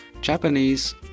Japanese